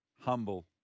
Humble